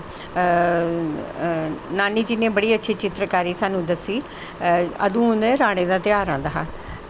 नानी जी ने बड़ी अच्छी सानूं चित्तरकारी सानूं दस्सी अदूं राड़ें दा तेहार आंदा हा